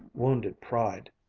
wounded pride.